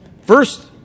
First